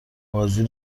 بازی